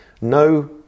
no